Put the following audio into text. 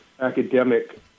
academic